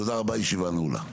תודה רבה, הישיבה נעולה.